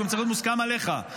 הוא צריך להיות מוסכם גם עליך.